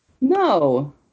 No